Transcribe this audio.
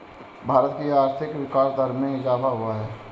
भारत की आर्थिक विकास दर में इजाफ़ा हुआ है